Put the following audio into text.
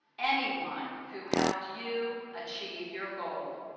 anyone who helped you achieve your goal,